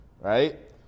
right